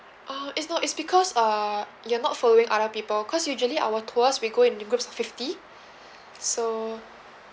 uh it's not it's because err you're not following other people because usually our tours we go in the groups of fifty so